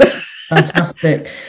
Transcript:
Fantastic